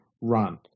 run